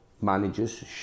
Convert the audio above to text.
managers